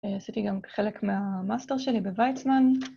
עשיתי גם חלק מהמאסטר שלי בוויצמן.